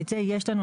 את זה יש לנו,